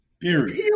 Period